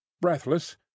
breathless